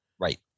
Right